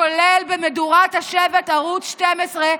כולל במדורת השבט, ערוץ 12,